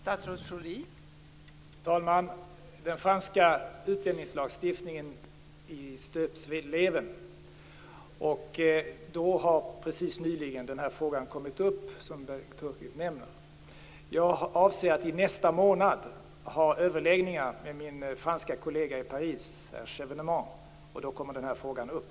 Fru talman! Den franska utlänningslagstiftningen är i stöpsleven. Den här frågan har nyligen kommit upp. Jag avser att i nästa månad ha överläggningar med min franske kollega i Paris, herr Chevènement, och då kommer den här frågan upp.